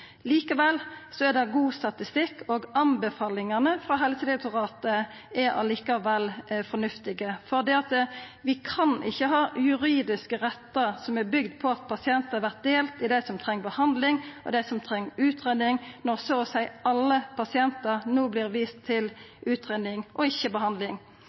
Likevel er der god statistikk, og anbefalingane frå Helsedirektoratet er likevel fornuftige, for vi kan ikkje ha juridiske rettar som er bygde på at pasientar vert delte i dei som treng behandling, og dei som treng utgreiing, når så å seia alle pasientar no vert viste til utgreiing og ikkje behandling.